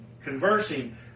conversing